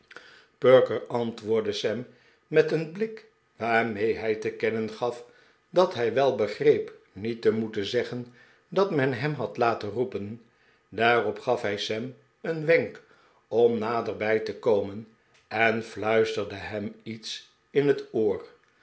perker antwoordde sam met een blik waarmee hij te kennen gaf dat hij wel begreep niet te moeten zeggen dat men hem had laten roepen daarop gaf hij sam een wenk om naderbij te komen en fluisterde hem iets in het oor